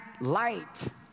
light